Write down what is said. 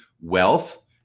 wealth